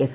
F